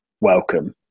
welcome